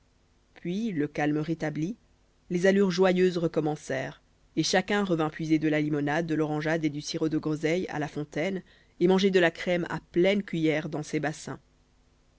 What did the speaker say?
puis le calme rétabli les allures joyeuses recommencèrent et chacun revint puiser de la limonade de l'orangeade et du sirop de groseille à la fontaine et manger de la crème à pleines cuillers dans ses bassins